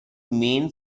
main